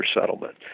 settlement